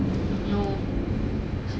oh அதுவேறே இருக்குலே:athuverei irukku le